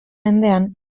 mendean